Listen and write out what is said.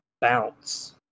bounce